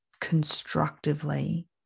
constructively